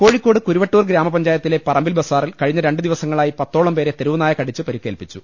കോഴിക്കോട് കുരുവട്ടൂർ ഗ്രാമപഞ്ചായത്തിലെ പറമ്പിൽ ബസാറിൽ കഴിഞ്ഞ രണ്ടു ദിവസങ്ങളായി പത്തോളം പേരെ തെരു വുനായ കടിച്ചുപരിക്കേൽപിച്ചു